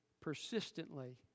persistently